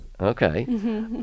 Okay